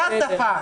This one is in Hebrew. זו השפה,